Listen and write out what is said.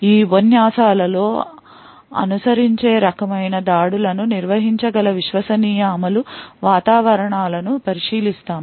ఈ ఉపన్యాసాలలో అనుసరించే రకమైన దాడులను నిర్వహించగల విశ్వసనీయ అమలు వాతావరణాలను పరిశీలిస్తాము